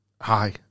Hi